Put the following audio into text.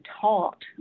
taught